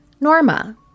Norma